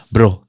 Bro